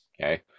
Okay